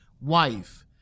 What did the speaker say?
wife